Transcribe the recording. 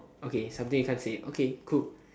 okay something you can't say okay cool